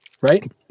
right